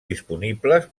disponibles